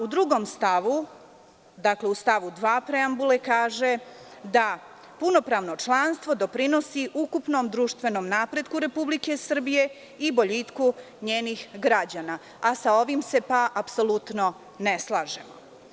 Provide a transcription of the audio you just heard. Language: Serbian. U stavu 2. preambule se kaže da punopravno članstvo doprinosi ukupnom društvenom napretku Republike Srbije i boljitku njenih građana, a sa ovim se apsolutno ne slažemo.